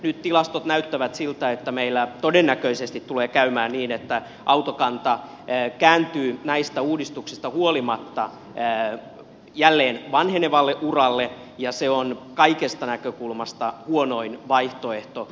nyt tilastot näyttävät siltä että meillä todennäköisesti tulee käymään niin että autokanta kääntyy näistä uudistuksista huolimatta jälleen vanhenevalle uralle ja se on kaikista näkökulmista huonoin vaihtoehto